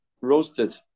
roasted